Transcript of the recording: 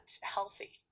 healthy